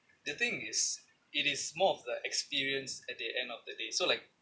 the thing is it is more of the experience at the end of the day so like